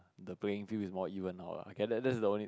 the playing field is more even out lah okay that's the only